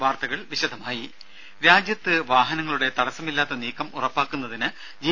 വാർത്തകൾ വിശദമായി രാജ്യത്ത് വാഹനങ്ങളുടെ തടസ്സമില്ലാത്ത നീക്കം ഉറപ്പാക്കുന്നതിന് ജി